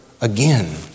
again